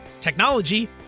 technology